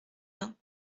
bains